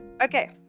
Okay